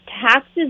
taxes